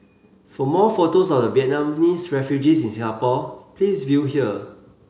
for more photos of the Vietnamese refugees in Singapore please view here